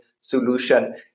solution